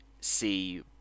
see